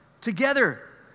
together